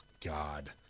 God